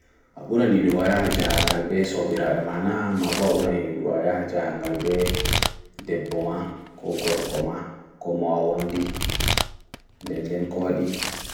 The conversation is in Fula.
A ɓuran yiɗugo a yaha jahaangal ɓe soɓiraaɓe ma naa maaɓo a ɓura yiɗugo a yaha ɓe ɗeɓɓo ma ko gorko maa ko ɓo ɓe a wonɗi